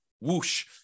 whoosh